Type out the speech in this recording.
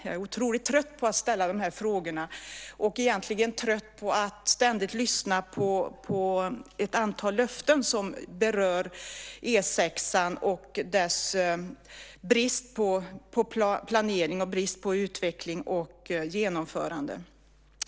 Jag är otroligt trött på att ställa de här frågorna och egentligen trött på att ständigt lyssna på ett antal löften som berör E 6:an och bristen på planering, utveckling och genomförande.